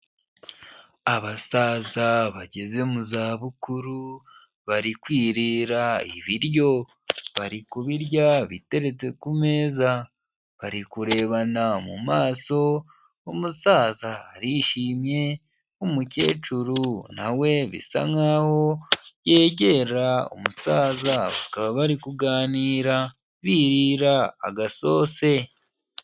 Abasaza bageze mu zabukuru, bari kwirira ibiryo bari kubirya biteretse ku meza, bari kurebana mu maso umusaza arishimye, umukecuru na we bisa nkaho yegera umusaza bakaba bari kuganira biririra agasose.